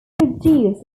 produced